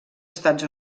estats